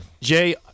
Jay